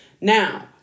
Now